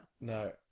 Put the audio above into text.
No